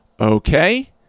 okay